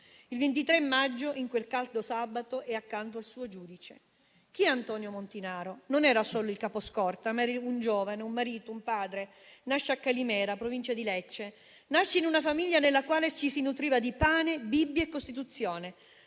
Il 23 maggio, in quel caldo sabato, era accanto al suo giudice. Chi è Antonio Montinaro? Non era solo il caposcorta, ma era un giovane, un marito, un padre. Nasce a Calimera, provincia di Lecce, in una famiglia nella quale ci si nutriva di pane, Bibbia e Costituzione.